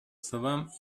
словам